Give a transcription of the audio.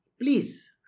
Please